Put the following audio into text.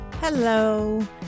Hello